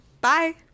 bye